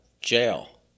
jail